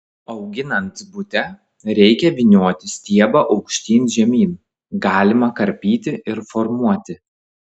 auginant bute reikia vynioti stiebą aukštyn žemyn galima karpyti ir formuoti